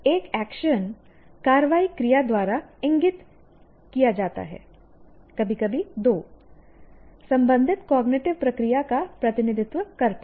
एक एक्शन कार्रवाई क्रिया द्वारा इंगित किया जाता है कभी कभी दो संबंधित कॉग्निटिव प्रक्रिया का प्रतिनिधित्व करता है